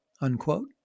unquote